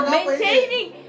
Maintaining